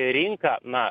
rinką na